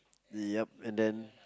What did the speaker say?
yeap and then